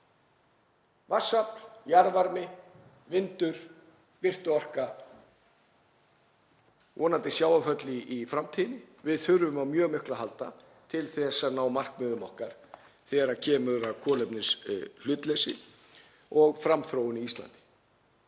Vatnsafl, jarðvarmi vindur, birtuorka, vonandi sjávarföll í framtíðinni; við þurfum á mjög miklu að halda til að ná markmiðum okkar þegar kemur að kolefnishlutleysi og framþróun á Íslandi.